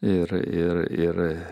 ir ir ir